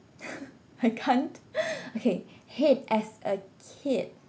I can't okay hate as a kid